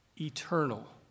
eternal